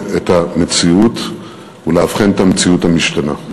את המציאות ולאבחן את המציאות המשתנה.